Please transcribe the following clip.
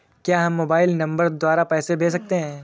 क्या हम mobile number द्वारा पैसे भेज सकते हैं?